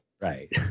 right